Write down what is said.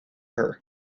her